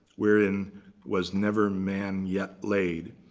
wherein was never man yet laid.